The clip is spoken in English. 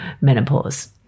menopause